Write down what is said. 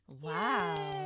Wow